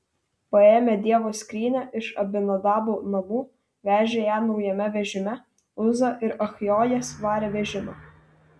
paėmę dievo skrynią iš abinadabo namų vežė ją naujame vežime uza ir achjojas varė vežimą